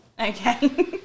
Okay